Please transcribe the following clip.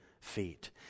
feet